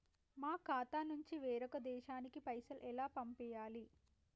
మా ఖాతా నుంచి వేరొక దేశానికి పైసలు ఎలా పంపియ్యాలి?